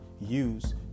use